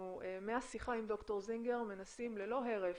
מהשיחה עם ד"ר זינגר אנחנו מנסים ללא הרף